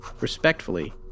Respectfully